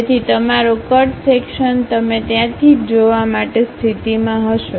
તેથી તમારો cut section તમે ત્યાંથી જ જોવા માટે સ્થિતિમાં હોશો